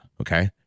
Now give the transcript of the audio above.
Okay